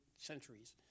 centuries